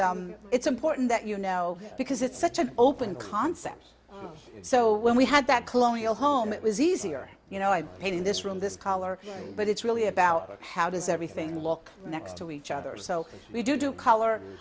it's it's important that you know because it's such an open concept so when we had that colonial home it was easier you know i'm painting this room this color but it's really about how does everything look next to each other so we do do color